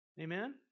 amen